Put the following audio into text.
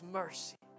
mercy